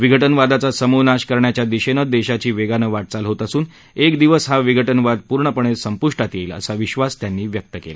विघटनवादाचा समूळ नाश करण्याच्या दिशेनं देशाची वेगानं वाटचाल होत असून एक दिवस हा विघटनवाद पूर्णपणे संपुष्टात येईल असा विश्वास त्यांनी व्यक्त केला